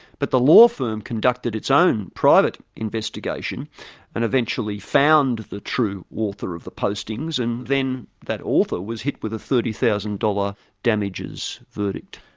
but the law firm conducted its own private investigation and eventually found the true author of the postings and then that author was hit with a thirty thousand dollars damages verdict.